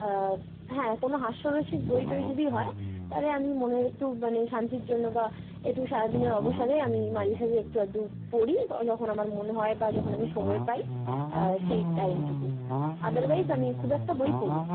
হ্যাঁ কোনো হাস্য রসিক বইটই যদি হয় তাহলে আমি মনের একটু মানে শান্তির জন্য বা একটু সারাদিনের অবসাদে আমি মাঝে সাজে একটু আধটু পড়ি বা যখন আমার মনে হয় বা যখন আমি সময় পাই সেই টাইম টুকু আদারওয়াইজ আমি খুব একটা বই পড়ি না